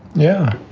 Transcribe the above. yeah.